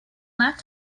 left